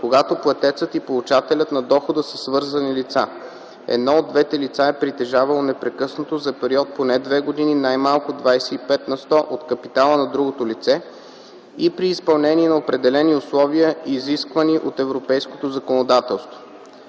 когато платецът и получателят на дохода са свързани лица (едно от двете лица е притежавало непрекъснато за период поне две години най-малко 25 на сто от капитала на другото лице) и при изпълнение на определени условия, изисквани от европейското законодателство.